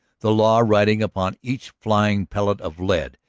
the law riding upon each flying pellet of lead,